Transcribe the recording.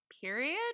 period